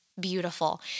beautiful